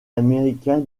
américain